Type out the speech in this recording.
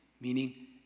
meaning